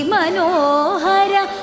Manohara